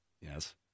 Yes